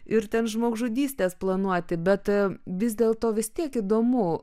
ir ten žmogžudystės planuoti bet vis dėl to vis tiek įdomu